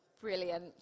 brilliant